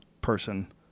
Person